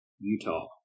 Utah